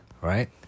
right